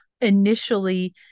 initially